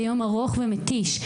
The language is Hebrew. זה יום ארוך ומתיש.